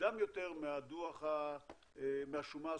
מוקדם יותר מהשומה הסופית?